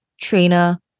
trainer